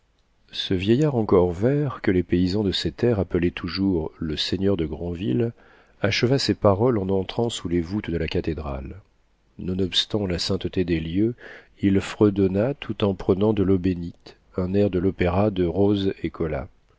ce vieillard encore vert que les paysans de ses terres appelaient toujours le seigneur de granville acheva ces paroles en entrant sous les voûtes de la cathédrale nonobstant la sainteté des lieux il fredonna tout en prenant de l'eau bénite un air de l'opéra de rose